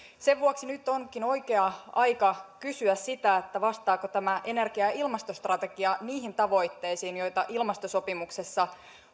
sen vuoksi nyt onkin oikea aika kysyä sitä vastaako tämä energia ja ilmastostrategia niihin tavoitteisiin joita ilmastosopimuksessa